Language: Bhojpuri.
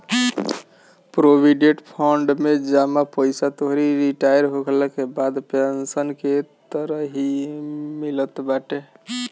प्रोविडेट फंड में जमा पईसा तोहरी रिटायर होखला के बाद पेंशन के तरही मिलत बाटे